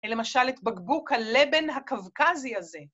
למשל את בקבוק הלבן הקווקזי הזה.